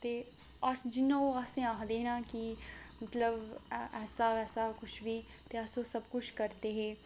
ते अस जियां ओह् असें गी आखदे हे ना कि मतलब ऐसा वैसा किश बी ते अस ओह् सब किश करदे हे